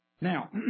Now